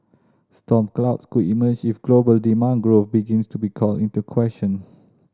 storm clouds could emerge if global demand growth begins to be called into question